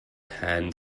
hand